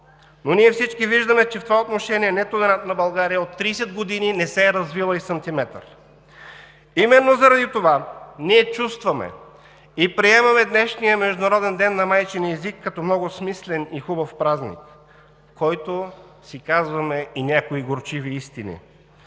но всички ние виждаме, че в това отношение нетолерантна България от 30 години не се е развила и сантиметър. Именно заради това ние чувстваме и приемаме днешния Международен ден на майчиния език като много смислен и хубав празник, в който си казваме и някои горчиви истини.